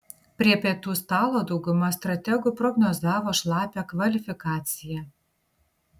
prie pietų stalo dauguma strategų prognozavo šlapią kvalifikaciją